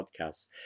podcasts